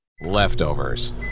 Leftovers